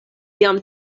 jam